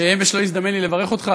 אמש לא הזדמן לי לברך אותך,